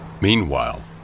Meanwhile